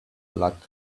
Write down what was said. luck